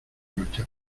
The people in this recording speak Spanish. noches